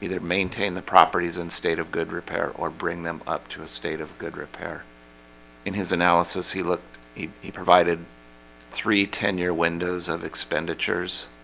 either maintain the properties in state of good repair or bring them up to a state of good repair in his analysis he looked he he provided three ten-year windows of expenditures.